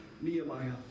Nehemiah